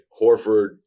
Horford